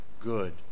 good